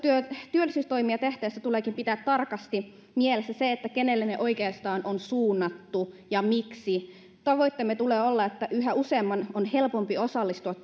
työllisyystoimia tehtäessä tuleekin pitää tarkasti mielessä se kenelle ne oikeastaan on suunnattu ja miksi tavoitteemme tulee olla että yhä useamman on helpompi osallistua